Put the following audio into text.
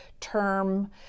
term